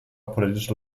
politische